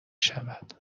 شود